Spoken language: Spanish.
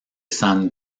san